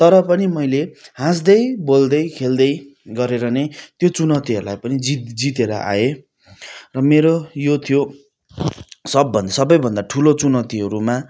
तर पनि मैले हाँस्दै बोल्दै खेल्दै गरेर नै त्यो चुनौतीहरूलाई पनि जित जितेर आएँ र मेरो यो थियो सबभन्दा सबभन्दा ठुलो चुनौतीहरूमा